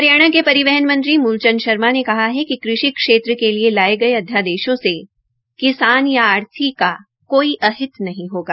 हरियाणा के परिवहन मंत्री मूलचंद शर्मा ने कहा है कि कृषि क्षेत्र के लिए गये अध्यादेशों से किसान या आढ़ती का कोई अहित नहीं होगा